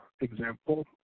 example